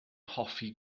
hoffi